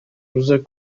روز